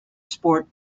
sport